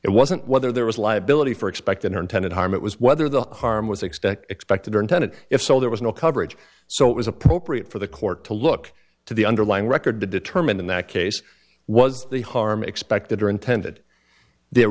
it wasn't whether there was liability for expected or intended harm it was whether the harm was expected expected or intended if so there was no coverage so it was appropriate for the court to look to the underlying record to determine in that case was the harm expected or intended there